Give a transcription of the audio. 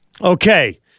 Okay